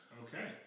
Okay